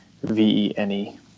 V-E-N-E